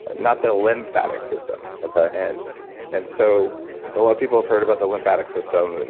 and not the lymphatic system okay and and so a lot of people have heard about the lymphatic system, and